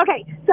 Okay